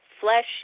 flesh